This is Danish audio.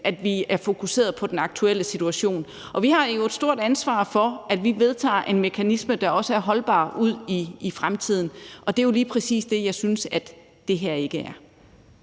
at vi er fokuseret på den aktuelle situation, og vi har jo et stort ansvar for, at vi vedtager en mekanisme, der også er holdbar ud i fremtiden, og det er jo lige præcis det, jeg synes at det her ikke er.